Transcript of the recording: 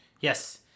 Yes